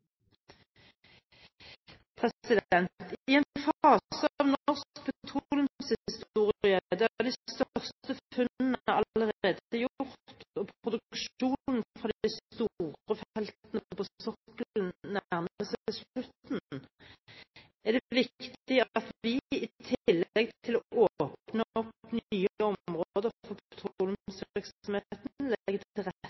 I en fase av norsk petroleumshistorie der de største funnene allerede er gjort, og produksjonen fra de store feltene på sokkelen nærmer seg slutten, er det viktig at vi i tillegg til å